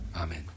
Amen